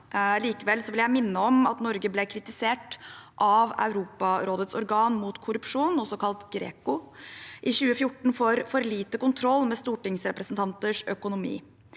likevel minne om at Norge i 2014 ble kritisert av Europarådets organ mot korrupsjon, også kalt GRECO, for for lite kontroll med stortingsrepresentanters økonomi.